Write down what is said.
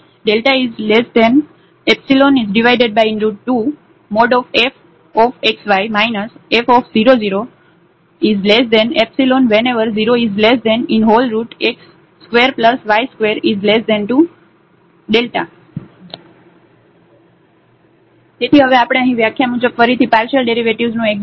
δ2fxy f00ϵ whenever 0x2y2δ તેથી હવે આપણે અહીં વ્યાખ્યા મુજબ ફરીથી પાર્શિયલ ડેરિવેટિવ્ઝનું એકઝીસ્ટન્સ બતાવીશું